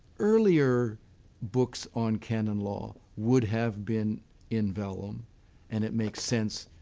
earlier books on canon law would have been in vellum and it makes sense